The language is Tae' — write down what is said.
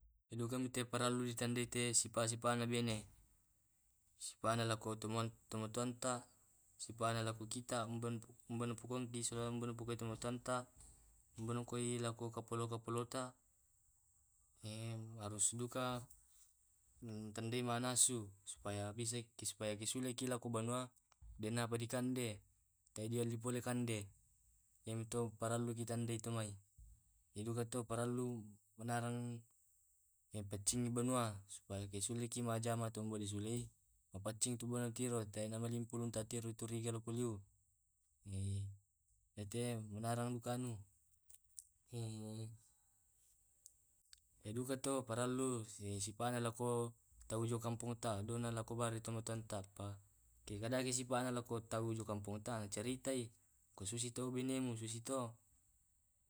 Iya duka ke di paralu sifat sitar na baine sifafat na ke matua ta sifat na ke kitambagei napolopolotaharus duka na tandai manasu supaya sule ki banua den apa di kande tae di ali kande iya to maralo to mai iya duka to manarang mapaccingi banua sule ki majama paccing banua di tiro tae malimpu ulung tatiro lompo liu manarang iya duka mapralu sifat na jong kampung ta ke kadake sifat nana cerita di tau tu.